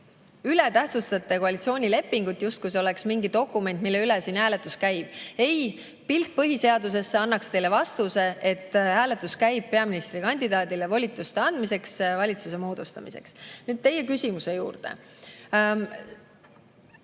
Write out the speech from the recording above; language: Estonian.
te tähtsustate koalitsioonilepingut üle, justkui see oleks mingi dokument, mille üle hääletus käib. Ei, pilk põhiseadusesse annaks teile vastuse, et hääletus käib peaministrikandidaadile valitsuse moodustamiseks volituste andmise üle. Nüüd teie küsimuse juurde.